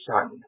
Son